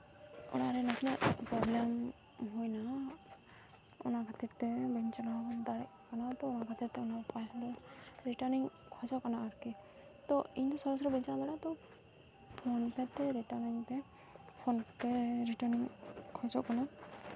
ᱚᱲᱟᱜ ᱨᱮ ᱱᱟᱥᱮᱱᱟᱜ ᱯᱨᱚᱵᱞᱮᱢ ᱛᱟᱦᱮᱸ ᱦᱩᱭᱱᱟ ᱚᱱᱟ ᱠᱷᱟᱹᱛᱤᱨ ᱛᱮ ᱵᱟᱹᱧ ᱪᱟᱞᱟᱣ ᱫᱟᱲᱮᱭᱟᱜ ᱠᱟᱱᱟ ᱛᱚ ᱚᱱᱟ ᱠᱷᱟᱹᱛᱤᱨ ᱛᱮ ᱚᱱᱟ ᱯᱚᱭᱥᱟ ᱫᱚ ᱨᱤᱴᱟᱨᱱᱤᱧ ᱠᱷᱚᱡᱚᱜ ᱠᱟᱱᱟ ᱟᱨᱠᱤ ᱛᱚ ᱤᱧ ᱥᱚᱨᱟᱥᱚᱨᱤ ᱵᱟᱹᱧ ᱪᱟᱞᱟᱣ ᱫᱟᱲᱮᱭᱟᱜᱼᱟ ᱛᱚ ᱯᱷᱳᱱᱯᱮ ᱛᱮ ᱨᱤᱴᱟᱨᱱᱤᱧ ᱯᱷᱳᱱᱯᱮ ᱨᱤᱴᱟᱨᱱᱤᱧ ᱠᱷᱚᱡᱚᱜ ᱠᱟᱱᱟ